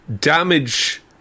damage